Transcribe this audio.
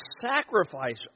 sacrifice